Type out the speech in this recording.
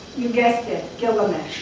you guess it, gilgamesh.